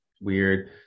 weird